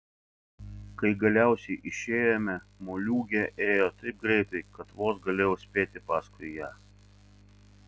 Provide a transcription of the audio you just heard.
kai galiausiai išėjome moliūgė ėjo taip greitai kad vos galėjau spėti paskui ją